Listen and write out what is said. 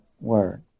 word